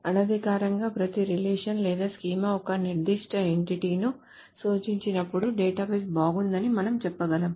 అనధికారికంగా ప్రతి రిలేషన్ లేదా స్కీమా ఒక నిర్దిష్ట ఎంటిటి ను సూచించినప్పుడు డేటాబేస్ బాగుందని మనం చెప్పగలం